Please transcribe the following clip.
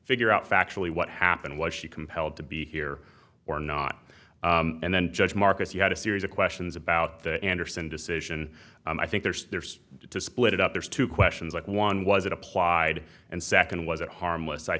figure out factually what happened was she compelled to be here or not and then judge marcus you had a series of questions about the andersen decision i think there's there's to split it up there's two questions like one was it applied and second was it harmless i